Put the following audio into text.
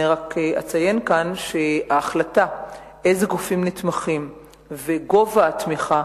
אציין כאן שההחלטה אילו גופים נתמכים וגובה התמיכה